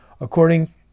according